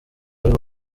wari